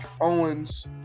Owens